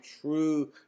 true